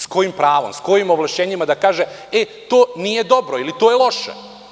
S kojim pravom i s kojim ovlašćenjima može da kaže to nije dobro ili to je loše?